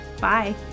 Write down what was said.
Bye